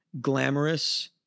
glamorous